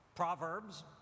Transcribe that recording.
Proverbs